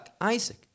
isaac